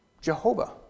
Jehovah